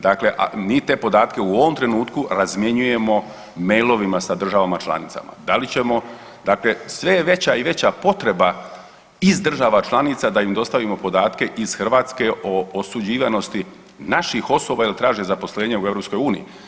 Dakle, mi te podatke u ovom trenutku razmjenjujemo mailovima sa državama članicama, da li ćemo, dakle sve je veća i veća potreba iz država članica da im dostavimo podatke iz Hrvatske o osuđivanosti naših osoba jer traže zaposlenje u EU.